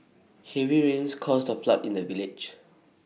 heavy rains caused A flood in the village